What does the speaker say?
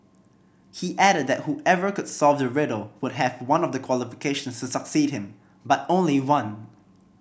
he added that whoever could solve the riddle would have one of the qualifications succeed him but only one